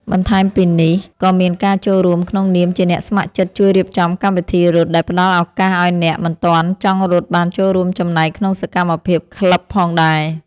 បន្ថែមពីនេះ ក៏មានការចូលរួមក្នុងនាមជាអ្នកស្ម័គ្រចិត្តជួយរៀបចំកម្មវិធីរត់ ដែលផ្តល់ឱកាសឱ្យអ្នកមិនទាន់ចង់រត់ បានចូលរួមចំណែកក្នុងសកម្មភាពក្លឹបផងដែរ។